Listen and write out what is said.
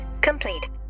complete